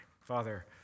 Father